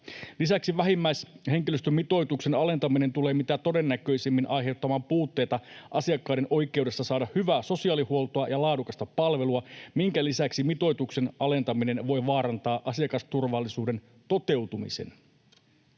Lisäksi vähimmäishenkilöstömitoituksen alentaminen tulee mitä todennäköisimmin aiheuttamaan puutteita asiakkaiden oikeudessa saada hyvää sosiaalihuoltoa ja laadukasta palvelua, minkä lisäksi mitoituksen alentaminen voi vaarantaa asiakasturvallisuuden toteutumisen.